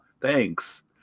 thanks